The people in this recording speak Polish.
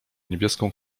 niebieską